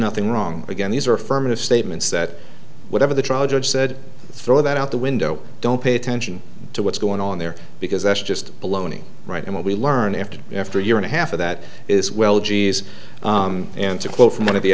nothing wrong again these are affirmative statements that whatever the trial judge said throw that out the window don't pay attention to what's going on there because that's just baloney right and what we learn after after a year and a half of that is well jeez and to quote from one of the